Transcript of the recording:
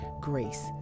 grace